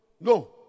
No